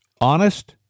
honest